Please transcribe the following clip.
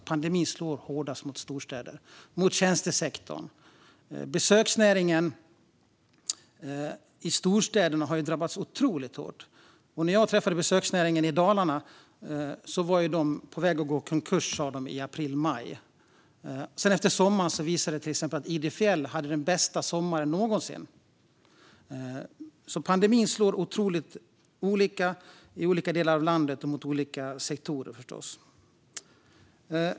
Pandemin slår hårdast mot storstäder och mot tjänstesektorn. Besöksnäringen i storstäderna har drabbats otroligt hårt. När jag träffade besöksnäringen i Dalarna var de på väg att gå i konkurs, sa de, i april-maj. Efter sommaren visade det sig sedan att till exempel Idre Fjäll haft den bästa sommaren någonsin. Pandemin slår alltså otroligt olika i olika delar av landet och mot olika sektorer, förstås.